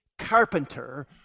carpenter